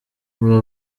aba